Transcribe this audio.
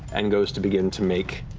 and goes to begin to make